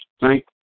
thank